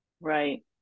right